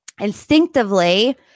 Instinctively